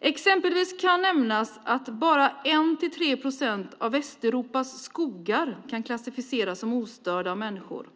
exempel kan nämnas att bara 1-3 procent av Västeuropas skogar kan klassificeras som ostörda av människor.